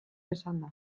esanda